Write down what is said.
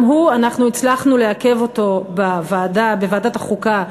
גם הוא, אנחנו הצלחנו לעכב אותו בוועדת החוקה,